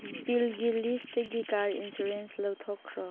ꯕꯤꯜꯒꯤ ꯂꯤꯁꯇꯒꯤ car insurance ꯂꯧꯊꯣꯛꯈ꯭ꯔꯣ